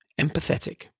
empathetic